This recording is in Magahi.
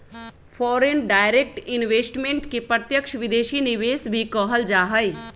फॉरेन डायरेक्ट इन्वेस्टमेंट के प्रत्यक्ष विदेशी निवेश भी कहल जा हई